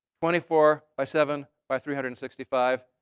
twenty four by seven by three hundred and sixty five,